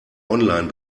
online